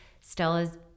Stella's